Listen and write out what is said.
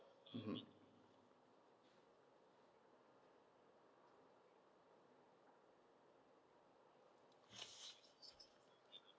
mmhmm